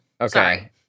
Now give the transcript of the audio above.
Okay